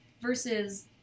Versus